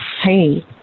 Hey